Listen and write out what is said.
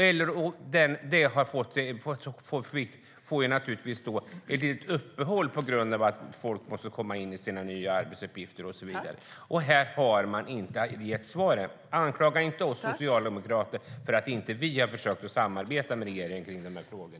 Man får naturligtvis ett uppehåll på grund av att folk måste komma in i sina nya arbetsuppgifter och så vidare. Här har man inte gett något svar. Anklaga inte oss socialdemokrater för att inte ha försökt samarbeta med regeringen i dessa frågor!